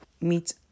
meet